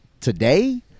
today